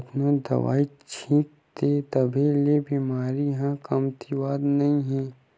कतनो दवई छित ले तभो ले बेमारी ह कमतियावत नइ हे